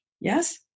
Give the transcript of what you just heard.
Yes